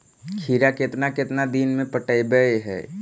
खिरा केतना केतना दिन में पटैबए है?